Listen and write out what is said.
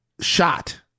shot